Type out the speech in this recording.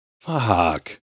Fuck